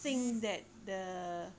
think that the